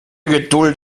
geduld